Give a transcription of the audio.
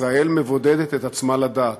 ישראל מבודדת את עצמה לדעת.